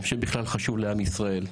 אני חושב שחשוב בכלל לעם ישראל.